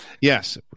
Yes